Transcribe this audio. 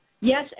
Yes